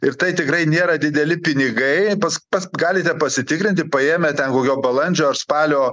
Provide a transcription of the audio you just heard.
ir tai tikrai nėra dideli pinigai pas pas galite pasitikrinti paėmę ten kokio balandžio ar spalio